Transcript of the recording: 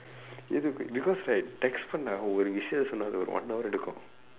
எதுக்கு:ethukku because right text பண்ணா ஒரு விஷயத்த சொன்னா அது ஒரு:pannaa oru vishayaththa sonnaa athu oru one hour எடுக்கும்